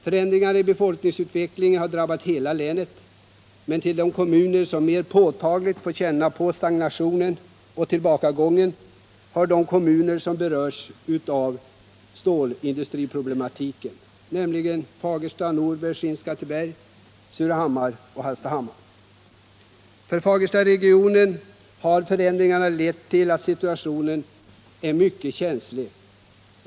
Förändringen i befolkningsutvecklingen har drabbat hela länet. Men till de kommuner som mer påtagligt fått känna på stagnation och tillbakagång hör de som berörs av stålindustriproblematiken, nämligen Fagersta, Norberg, Skinnskatteberg, Surahammar och Hallstahammar. För Fagerstaregionen har förändringen lett till att situationen är mycket känslig.